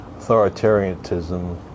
authoritarianism